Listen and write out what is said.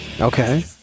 okay